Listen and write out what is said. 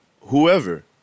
whoever